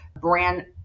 brand